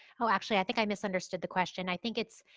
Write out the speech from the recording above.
oh, actually i think i misunderstood the question. i think it's,